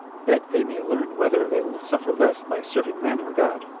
that they may learn whether they will suffer less by serving men or god.